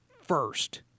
first